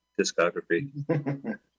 discography